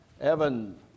Evan